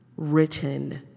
written